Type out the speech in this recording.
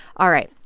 all right.